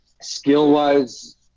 skill-wise